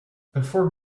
before